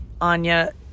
Anya